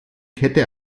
kette